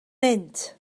mynd